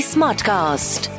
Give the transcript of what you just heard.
Smartcast